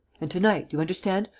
and to-night, you understand,